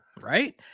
Right